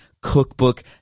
cookbook